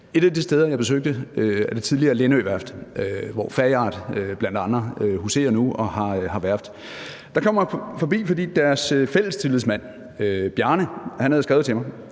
Et af de steder, jeg besøgte, var det tidligere Lindøværft, hvor bl.a. Fayard huserer nu og har værft. Der kom jeg forbi, fordi deres fællestillidsmand, Bjarne, havde skrevet til mig